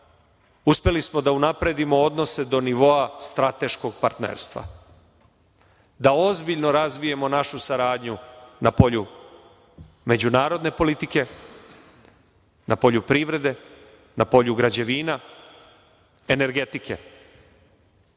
uspeli smo da unapredimo odnose do nivo strateškog partnerstva, da ozbiljno razvijemo našu saradnju na polju međunarodne politike, na polju poljoprivrede, na polju građevine, energetike. Kada